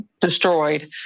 destroyed